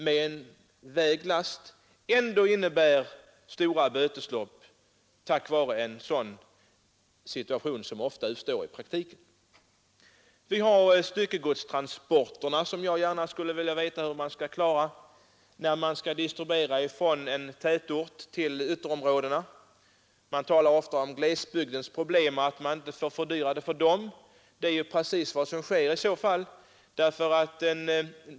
Sådana situationer inträffar ofta i praktiken och får alltså till följd att stora bötesbelopp utdöms. Vi har vidare styckegodstransporterna, och jag skulle gärna vilja veta hur man skall klara dem när man skall distribuera från en tätort till ytterområden. Man talar ofta om glesbygdsproblem och säger att man inte får fördyra för de människor som bor i glesbygder. Det är precis vad som sker här.